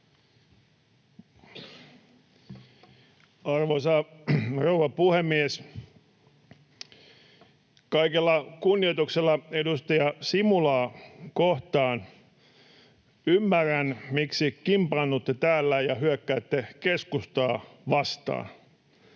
Arvoisa rouva puhemies! Kaikella kunnioituksella edustaja Simulaa kohtaan: Ymmärrän, miksi kimpaannutte täällä ja hyökkäätte keskustaa vastaan.